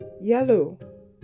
Yellow